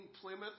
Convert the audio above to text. Plymouth